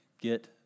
get